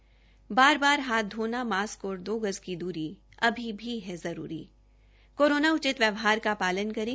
बार बार हाथ धोना मास्क और दो गज की दूरी अभी भी है जरूरी कोरोना उचित व्यवहार का पालन करे